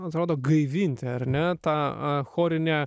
atrodo gaivinti ar ne tą chorinę